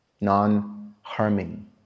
non-harming